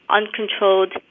uncontrolled